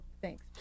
Thanks